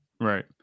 Right